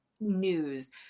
news